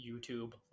YouTube